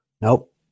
Nope